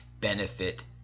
benefit